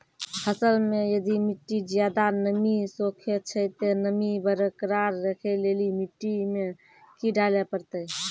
फसल मे यदि मिट्टी ज्यादा नमी सोखे छै ते नमी बरकरार रखे लेली मिट्टी मे की डाले परतै?